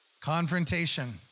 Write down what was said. Confrontation